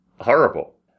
horrible